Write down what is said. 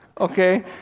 Okay